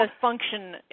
function